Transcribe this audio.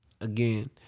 Again